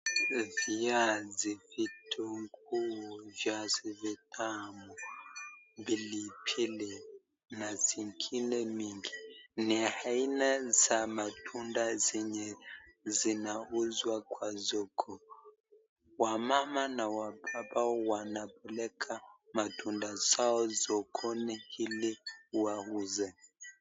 Viazi, vitunguu, viazi vitamu, pilipili na zingine mingi ni aina za matunda zenye zinauzwa kwa soko, wamama na wababa wanapeleka matunda zao sokoni ili wauze.